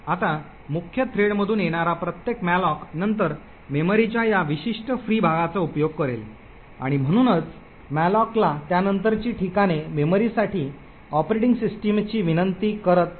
आता मुख्य थ्रेडमधून येणारा प्रत्येक मॅलोक नंतर मेमरीच्या या विशिष्ट फ्री भागाचा उपयोग करेल आणि म्हणूनच मलोकला त्यानंतरची ठिकाणे मेमरीसाठी ऑपरेटिंग सिस्टमची विनंती करत नाहीत